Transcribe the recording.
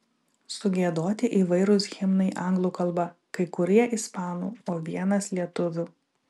sugiedoti įvairūs himnai anglų kalba kai kurie ispanų o vienas lietuvių